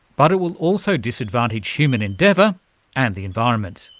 but it will also disadvantage human endeavour and the environment.